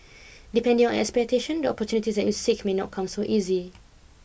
depending on your expectations the opportunities that you seek may not come so easy